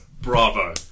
Bravo